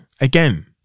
again